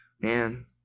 man